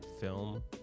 film